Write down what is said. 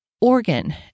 organ